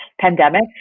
pandemic